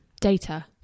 Data